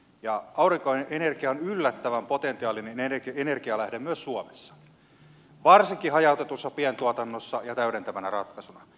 aurinkoenergia on yllättävän potentiaalinen energialähde myös suomessa varsinkin hajautetussa pientuotannossa ja täydentävänä ratkaisuna